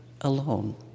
alone